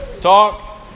talk